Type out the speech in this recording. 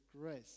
Grace